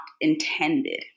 intended